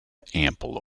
ample